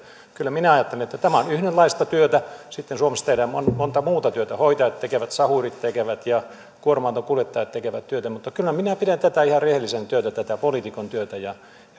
kyllä minä ajattelen että tämä on yhdenlaista työtä ja sitten suomessa tehdään montaa muuta työtä hoitajat tekevät sahurit tekevät ja kuorma autonkuljettajat tekevät työtä mutta kyllä minä pidän ihan rehellisenä työnä tätä poliitikon työtä ja